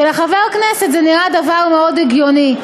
ולחבר הכנסת זה נראה דבר מאוד הגיוני,